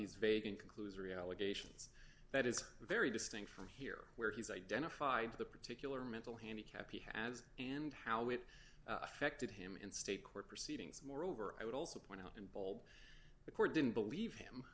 these vague includes reallocations that is very distinct from here where he's identified the particular mental handicap he has and how it affected him in state court proceedings moreover i would also point out in bold the court didn't believe him